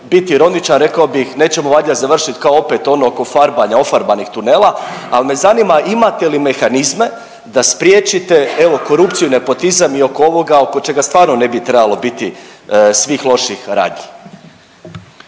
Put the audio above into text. biti ironičan rekao bih nećemo valjda završit kao opet ono oko farbanja ofarbanih tunela, al me zanima imate li mehanizme da spriječite evo korupciju i nepotizam i oko ovoga oko čega stvarno ne bi trebalo biti svih loših radnji.